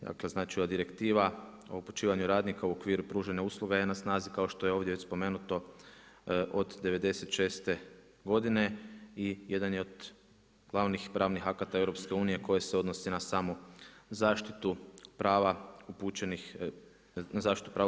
Dakle znači ova Direktiva o upućivanju radnika u okviru pružanja usluga je na snazi kao što je ovdje već spomenuto od '96. godine i jedan je od glavnih pravnih akata EU koje se odnosi na samu zaštitu prava upućenih radnika.